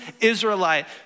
Israelite